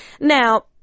Now